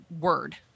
word